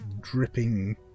dripping